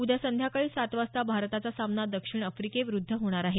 उद्या संध्याकाळी सात वाजता भारताचा सामना दक्षिण आफ्रिकेविरुद्ध होणार आहे